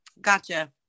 Gotcha